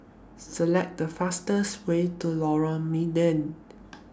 Select The fastest Way to Lorong Mydin